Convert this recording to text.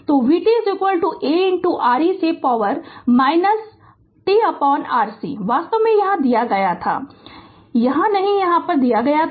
तो vt A r e से power tRC वास्तव में यह यहाँ दिया गया था यहाँ नहीं यह यहाँ दिया गया था